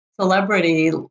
celebrity